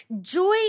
Joy